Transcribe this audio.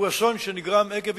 הוא אסון שנגרם עקב